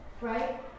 right